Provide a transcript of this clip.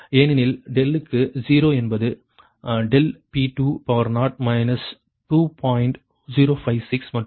ஏனெனில் க்கு 0 என்பது ∆P20 2